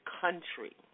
country